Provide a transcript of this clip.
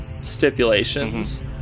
stipulations